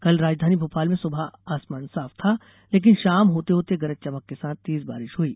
कल राजधानी भोपाल में सुबह आसमान साफ था लेकिन शाम होते होते गरज चमक के साथ तेज बारिश हुई